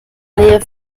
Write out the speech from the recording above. nähe